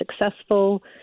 successful